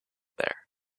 there